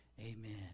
Amen